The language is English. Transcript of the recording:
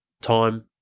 time